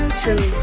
true